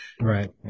right